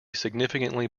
significantly